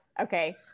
Okay